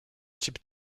type